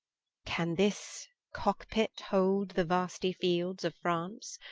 can this cock-pit hold the vastie fields of france?